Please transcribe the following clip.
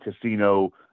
casino